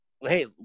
hey